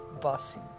bossy